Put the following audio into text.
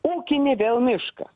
ūkinį vėl mišką